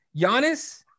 Giannis